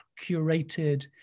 curated